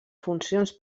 funcions